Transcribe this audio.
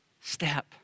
step